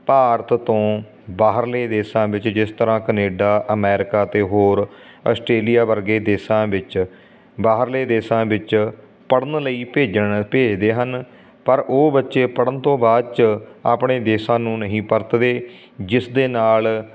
ਭਾਰਤ ਤੋਂ ਬਾਹਰਲੇ ਦੇਸ਼ਾਂ ਵਿੱਚ ਜਿਸ ਤਰ੍ਹਾਂ ਕਨੇਡਾ ਅਮੈਰੀਕਾ ਅਤੇ ਹੋਰ ਆਸਟ੍ਰੇਲੀਆ ਵਰਗੇ ਦੇਸ਼ਾਂ ਵਿੱਚ ਬਾਹਰਲੇ ਦੇਸ਼ਾਂ ਵਿੱਚ ਪੜ੍ਹਨ ਲਈ ਭੇਜਣ ਭੇਜਦੇ ਹਨ ਪਰ ਉਹ ਬੱਚੇ ਪੜ੍ਹਨ ਤੋਂ ਬਾਅਦ 'ਚ ਆਪਣੇ ਦੇਸ਼ਾਂ ਨੂੰ ਨਹੀਂ ਪਰਤਦੇ ਜਿਸਦੇ ਨਾਲ